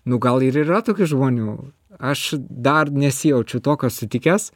nu gal ir yra tokių žmonių aš dar nesijaučiu tokio sutikęs